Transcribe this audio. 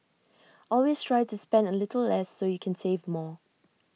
always try to spend A little less so you can save more